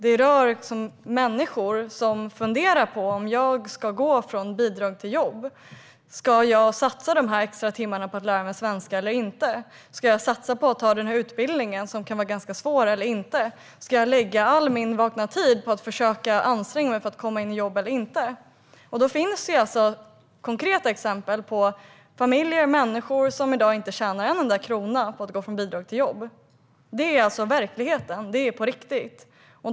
Det rör människor som funderar på om de ska gå från bidrag till jobb. Ska jag satsa de extra timmarna på att lära mig svenska eller inte? Ska jag satsa på att gå denna utbildning, som kan vara ganska svår, eller inte? Ska jag lägga all min vakna tid på att försöka anstränga mig för att komma in i jobb eller inte? Det finns konkreta exempel på familjer och människor som i dag inte tjänar en enda krona på att gå från bidrag till jobb. Det är verkligheten - det är på riktigt.